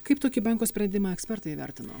kaip tokį banko sprendimą ekspertai įvertino